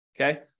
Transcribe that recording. Okay